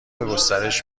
گسترش